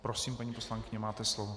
Prosím, paní poslankyně, máte slovo.